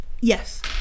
Yes